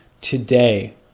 today